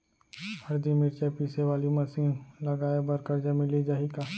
हरदी, मिरचा पीसे वाले मशीन लगाए बर करजा मिलिस जाही का?